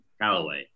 Callaway